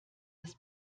das